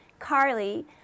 Carly